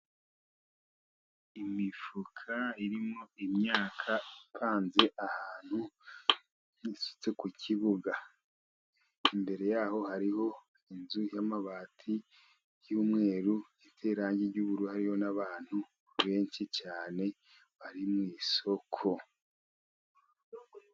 Imifuka irimo imyaka ipanze ahantu isutse ku kibuga, imbere yaho hariho inzu y'amabati y'umweru iteye irangi ry'ubururu, hariyo n'abantu benshi cyane bari mu isoko.